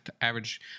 average